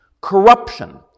Corruption